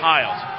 Hiles